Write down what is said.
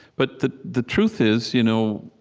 but the the truth is, you know